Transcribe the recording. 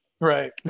Right